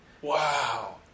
Wow